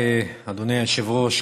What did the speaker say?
אדוני היושב-ראש,